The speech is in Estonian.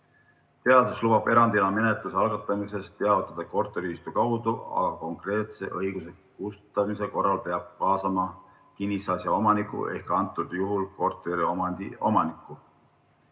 Seadus lubab erandina menetluse algatamisest teavitada korteriühistu kaudu, aga konkreetse õiguse kustutamise korral peab kaasama kinnisasja omaniku ehk antud juhul korteriomandi